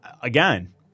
again